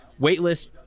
waitlist